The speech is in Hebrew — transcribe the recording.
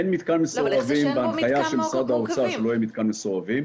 אין מתקן מסורבים בהנחיה של משרד האוצר שלא יהיה מתקן מסורבים.